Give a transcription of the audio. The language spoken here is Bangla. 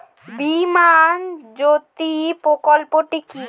বীমা জ্যোতি প্রকল্পটি কি?